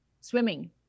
swimming